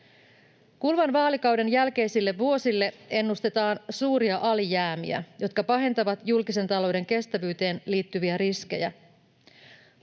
Kuluvan vaalikauden jälkeisille vuosille ennustetaan suuria alijäämiä, jotka pahentavat julkisen talouden kestävyyteen liittyviä riskejä.